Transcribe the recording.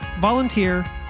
volunteer